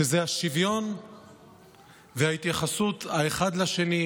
שזה השוויון וההתייחסות האחד לשני,